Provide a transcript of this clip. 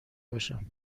باشم